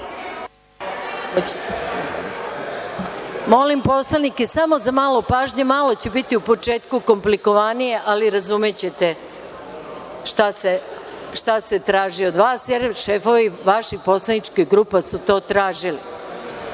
dalje. Molim poslanike samo za malo pažnje, malo će biti u početku komplikovanije, ali razumećete šta se traži od vas, jer šefovi vaših poslaničkih grupa su to tražili